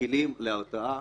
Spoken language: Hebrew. כלים להרתעה,